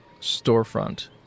storefront